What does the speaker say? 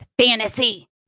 Fantasy